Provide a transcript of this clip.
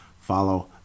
follow